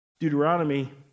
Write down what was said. Deuteronomy